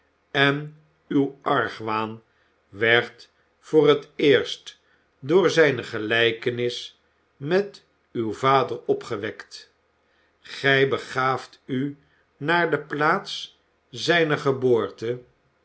en uw argwaan werd voor het eerst door zijne gelijkenis met uw vader opgewekt gij begaaft u naar de plaats zijner geboorte